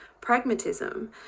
pragmatism